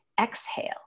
exhale